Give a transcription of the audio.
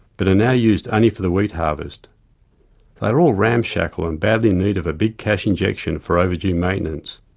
but are now used only for the wheat harvest. they are all ramshackle and badly in need of a big cash injection for overdue maintenance,